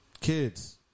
kids